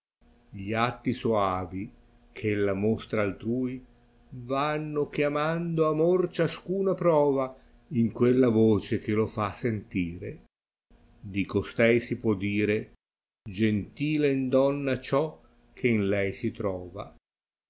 gli atti soavi eh ella mostra altrui vanno chiamando amor ciascuno a prova in quella voce che lo fa sentire di costei si può dire gentile in donna ciò che in lei si trova